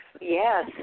Yes